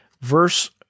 verse